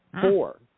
Four